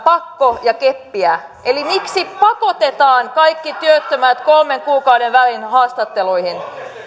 pakkoa ja keppiä eli miksi pakotetaan kaikki työttömät kolmen kuukauden välein haastatteluihin